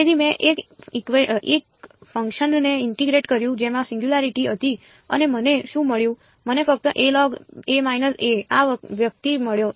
તેથી મેં એક ફંક્શનને ઇન્ટીગ્રેટ કર્યું જેમાં સિંગયુંલારીટી હતી અને મને શું મળ્યું મને ફક્ત આ વ્યક્તિ મળ્યો